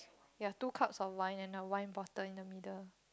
you have two cups of wine and a wine bottle in the middle